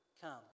come